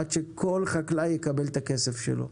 עד שכל חקלאי יקבל את הכסף שלו,